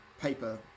paper